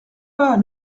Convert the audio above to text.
pas